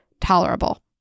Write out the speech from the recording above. tolerable